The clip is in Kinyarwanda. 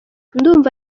ndumva